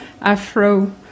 Afro